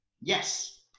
yes